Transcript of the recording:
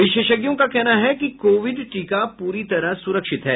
विशेषज्ञों का कहना है कि कोविड टीका पूरी तरह सुरक्षित है